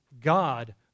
God